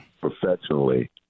professionally